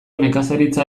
nekazaritza